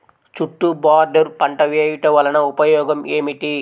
చుట్టూ బోర్డర్ పంట వేయుట వలన ఉపయోగం ఏమిటి?